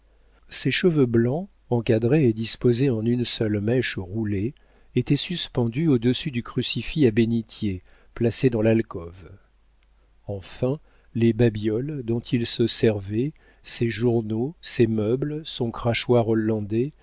ses cheveux blancs encadrés et disposés en une seule mèche roulée étaient suspendus au-dessus du crucifix à bénitier placé dans l'alcôve enfin les babioles dont il se servait ses journaux ses meubles son crachoir hollandais